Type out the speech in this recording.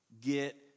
Get